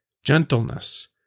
gentleness